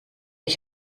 ich